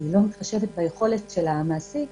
היא לא מתחשבת ביכולת המעסיק